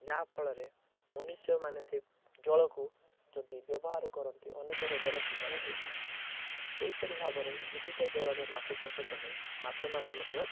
ଯାହାଫଳରେ ମନୁଷ୍ୟମାନେ ସେହି ଜଳକୁ ଯଦି ବ୍ୟବହାର କରନ୍ତି ଅନେକ ରୋଗର ଶିକାର ହୋଇଥାଆନ୍ତି ସେହିପରି ଭାବରେ ଦୂଷିତ ଜଳରେ ମାଛଚାଷ କଲେ ମାଛମାନେ ମଧ୍ୟ